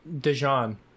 Dijon